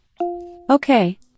okay